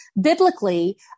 Biblically